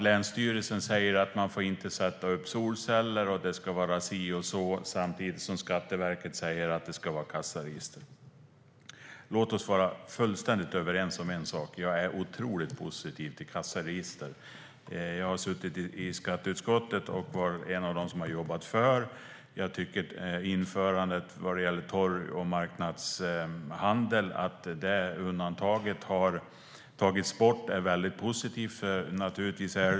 Länsstyrelsen säger att man inte får sätta upp solceller och att det ska vara på det ena eller andra sättet. Samtidigt säger Skatteverket att det ska finnas kassaregister. Låt oss vara fullständigt överens om en sak. Jag är otroligt positiv till kassaregister. Jag har suttit i skatteutskottet och är en av dem som har jobbat för detta. Att undantaget för torg och marknadshandeln har tagits bort är positivt.